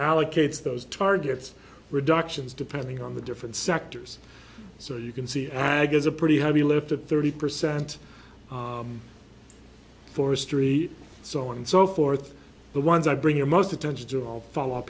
allocates those targets reductions depending on the different sectors so you can see ag is a pretty heavy lift at thirty percent forestry so on and so forth the ones i bring your most attention to all follow up